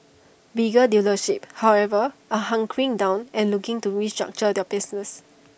bigger dealerships however are hunkering down and looking to restructure their business